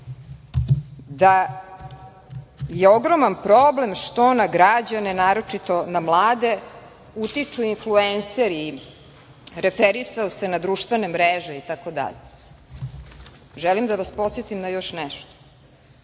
da je ogroman problem što na građane, naročito na mlade, utiču influenseri, referisao se na društvene mreže itd, želim da vas podsetim na još nešto.